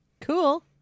Cool